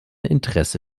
interesse